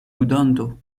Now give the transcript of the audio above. ludanto